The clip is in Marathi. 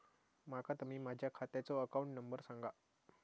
माका तुम्ही माझ्या खात्याचो अकाउंट नंबर सांगा?